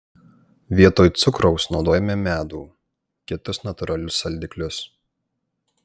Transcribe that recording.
vietoj cukraus naudojame medų kitus natūralius saldiklius